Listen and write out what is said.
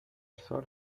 سال